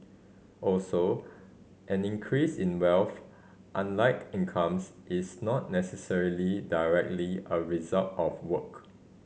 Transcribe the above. also an increase in wealth unlike incomes is not necessarily directly a result of work